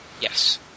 Yes